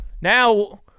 Now